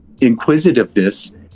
inquisitiveness